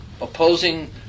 opposing